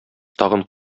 тагын